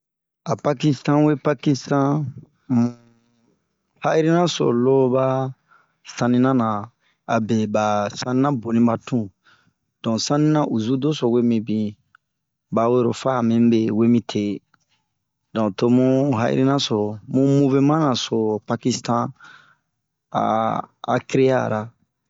A Pakistan we pakistan munha'irina so lo ba sanina na abe ba sani na boni ba be tun. Donk sanina usu dɛso wominbin ,ba we lo fa ami be we mi te, donke to bun ha'irina so, bun muvemanra so pakistan a a kreyara.